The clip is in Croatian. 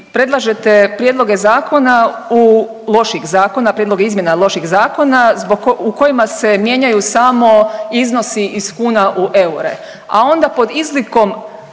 zakona, prijedloge izmjena loših zakona zbog, u kojima se mijenjaju samo iznosi iz kuna u eure, a onda pod izlikom